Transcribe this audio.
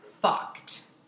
fucked